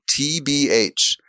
TBH